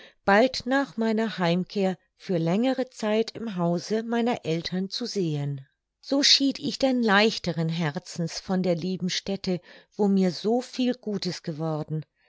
bald nach meiner heimkehr für längere zeit im hause meiner eltern zu sehen so schied ich denn leichteren herzens von der lieben stätte wo mir so viel gutes geworden